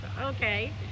okay